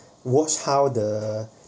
watch how the